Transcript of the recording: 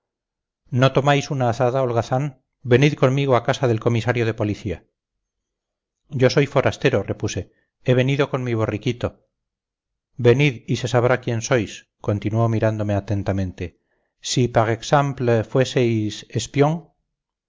no tomáis una azada holgazán venid conmigo a casa del comisario de policía yo soy forastero repuse he venido con mi borriquito venid y se sabrá quién sois continuó mirándome atentamente si par exemple fueseis espion